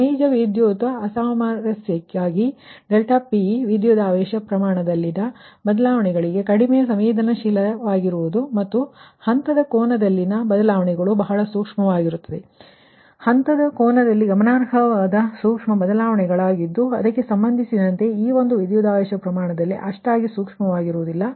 ನೈಜ ವಿದ್ಯುತ್ ಅಸಾಮರಸ್ಯಕ್ಕಾಗಿ ∆P ವಿದ್ಯುತ್ ವೋಲ್ಟೇಜ್ ಪ್ರಮಾಣದಲ್ಲಿನ ಬದಲಾವಣೆಗಳಿಗೆ ಕಡಿಮೆ ಸಂವೇದನಾಶೀಲವಾಗಿರುತ್ತದೆ ಮತ್ತು ಫೇಸ್ ಕೋನದಲ್ಲಿನ ಬದಲಾವಣೆಗಳು ಬಹಳ ಸೂಕ್ಷ್ಮವಾಗಿರುತ್ತದೆ ಇವು ಫೇಸ್ ಕೋನದಲ್ಲಿ ಗಮನಾರ್ಹವಾದ ಸೂಕ್ಷ್ಮ ಬದಲಾವಣೆಯಾಗಿವೆ ಆದರೆ ಅದಕ್ಕೆ ಸಂಬಂಧಿಸಿದಂತೆ ಈ ಒಂದು ವಿದ್ಯುತ್ ವೋಲ್ಟೇಜ್ ಪರಿಮಾಣದಲ್ಲಿ ಅಷ್ಟಾಗಿ ಸೂಕ್ಷ್ಮವಾಗಿರುವುದಿಲ್ಲ